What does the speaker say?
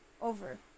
over